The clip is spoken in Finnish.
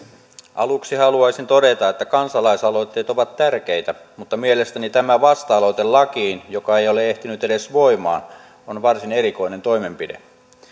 aluksi haluaisin todeta että kansalaisaloitteet ovat tärkeitä mutta mielestäni tämä vasta aloite lakiin joka ei ole ehtinyt edes voimaan on varsin erikoinen toimenpide